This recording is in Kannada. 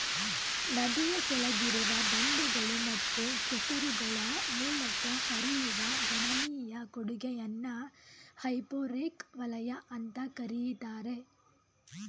ನದಿಯ ಕೆಳಗಿರುವ ಬಂಡೆಗಳು ಮತ್ತು ಕೆಸರುಗಳ ಮೂಲಕ ಹರಿಯುವ ಗಣನೀಯ ಕೊಡುಗೆಯನ್ನ ಹೈಪೋರೆಕ್ ವಲಯ ಅಂತ ಕರೀತಾರೆ